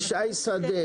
שי שדה,